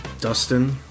Dustin